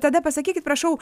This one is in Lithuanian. tada pasakykit prašau